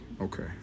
Okay